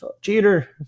cheater